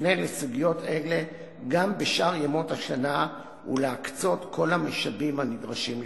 תופנה לסוגיות אלה גם בשאר ימות השנה ולהקצות כל המשאבים הנדרשים לכך.